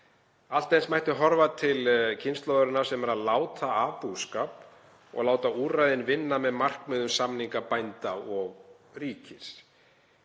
Allt eins mætti horfa til kynslóðarinnar sem er að láta af búskap og láta úrræðin vinna með markmiðum samninga bænda og ríkis.